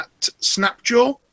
Snapjaw